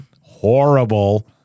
Horrible